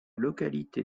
localité